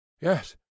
Yes